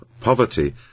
poverty